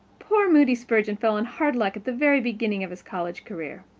poor moody spurgeon fell on hard luck at the very beginning of his college career.